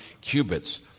cubits